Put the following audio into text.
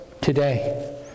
today